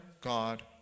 God